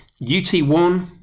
UT1